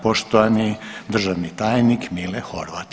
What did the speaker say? Poštovani državni tajnik Mile Horvat.